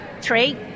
three